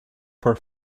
poor